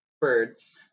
birds